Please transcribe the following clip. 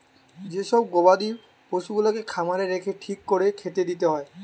যে সব গবাদি পশুগুলাকে খামারে রেখে ঠিক কোরে খেতে দিতে হয়